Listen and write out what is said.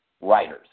writers